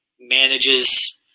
manages